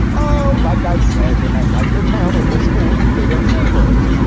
oh, like i said, they might like their town or their school or their neighbors.